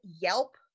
Yelp